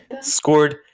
scored